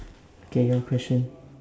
K your question